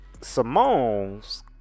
Simone's